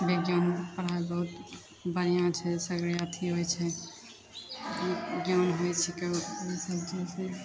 बिज्ञानके पढ़ाइ बहुत बढ़िआँ छै सगरे अथी होइत छै ज्ञान होइत छै केओ